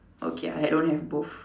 okay I don't have both